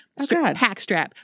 packstrap